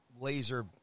laser